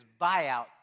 buyout